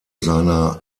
seiner